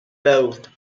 both